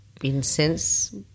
incense